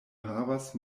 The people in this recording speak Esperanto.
havas